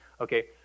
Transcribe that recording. Okay